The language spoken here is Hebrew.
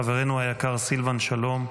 חברנו היקר סילבן שלום,